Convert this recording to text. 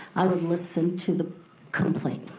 i would listen to the complaint.